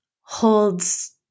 holds